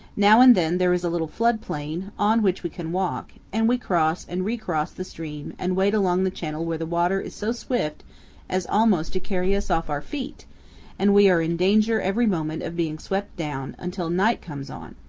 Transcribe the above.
now and then there is a little flood-plain, on which we can walk, and we cross and recross the stream and wade along the channel where the water is so swift as almost to carry us off our feet and we are in danger every moment of being swept down, until night comes on.